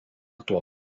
tuo